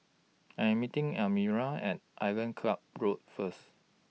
I'm meeting Elmira At Island Club Road First